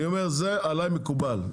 אני אומר, זה עליי מקובל.